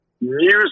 music